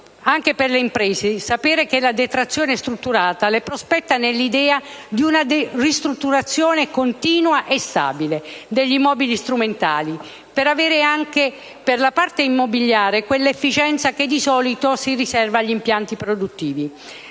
Anche per le imprese sapere che la detrazione è strutturale le prospetta nell'idea di una ristrutturazione continua e stabile degli immobili strumentali per avere, anche per la parte immobiliare, quell'efficienza che di solito si riserva agli impianti produttivi.